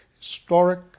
historic